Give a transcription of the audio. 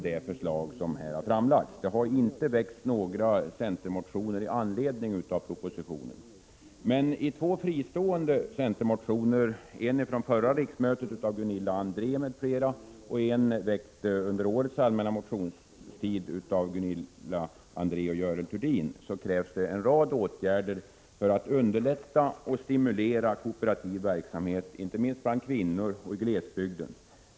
Det har inte väckts några centermotioner i anledning av propositionen. Men i två fristående centermotioner, en från förra riksmötet av Gunilla André m.fl. och en väckt under årets allmänna motionstid av Gunilla André och Görel Thurdin, krävs en rad åtgärder för att underlätta och stimulera kooperativ verksamhet, inte minst bland kvinnor och i glesbygd.